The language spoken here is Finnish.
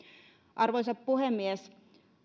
arvoisa puhemies